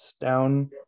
down